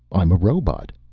i'm a robot.